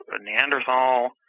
Neanderthal